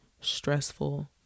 stressful